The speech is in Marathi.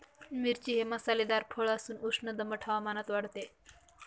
मिरची हे मसालेदार फळ असून उष्ण दमट हवामानात वाढते